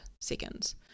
seconds